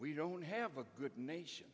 we don't have a good nation